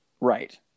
Right